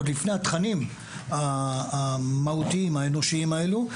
עוד לפני התכנים המהותיים והאנושיים האלה,